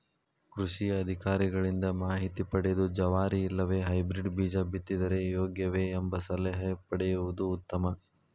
ಕೃಷಿ ಅಧಿಕಾರಿಗಳಿಂದ ಮಾಹಿತಿ ಪದೆದು ಜವಾರಿ ಇಲ್ಲವೆ ಹೈಬ್ರೇಡ್ ಬೇಜ ಬಿತ್ತಿದರೆ ಯೋಗ್ಯವೆ? ಎಂಬ ಸಲಹೆ ಪಡೆಯುವುದು ಉತ್ತಮ